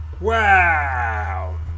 Wow